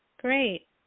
Great